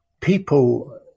people